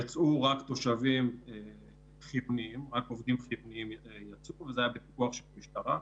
יצאו רק עובדים חיוניים וזה היה בפיקוח של המשטרה.